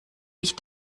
ich